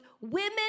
Women